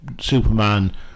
superman